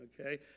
okay